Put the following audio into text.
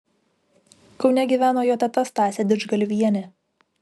kaune gyveno jo teta stasė didžgalvienė